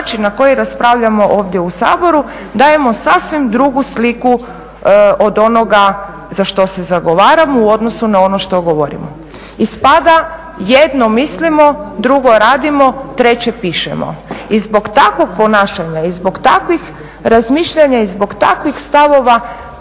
na koji raspravljamo ovdje u Saboru dajemo sasvim drugu sliku od onoga za što se zagovaramo u odnosu na ono što govorimo. Ispada jedno mislimo, drugo radimo, treće pišemo. I zbog takvog ponašanja i zbog takvih razmišljanja i zbog takvih stavova